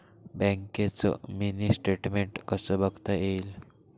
बँकेचं mini statement कसं बघता येईल?